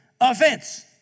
Offense